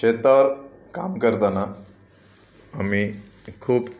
शेतात काम करताना आम्ही खूप